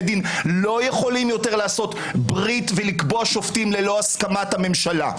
דין לא יכולים יותר לעשות ברית ולקבוע שופטים ללא הסכמת הממשלה.